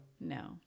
No